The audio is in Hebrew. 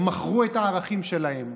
הם מכרו את הערכים שלהם,